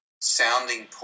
sounding